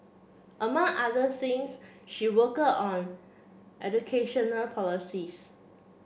among other things she worked on educational policies